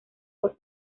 por